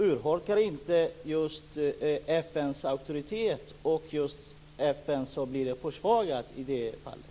Urholkar inte detta FN:s auktoritet, och blir inte FN försvagat i det fallet?